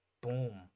Boom